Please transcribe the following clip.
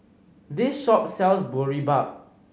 this shop sells Boribap